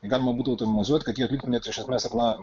galima būtų automatizuoti kad jį atliktų net iš esmės na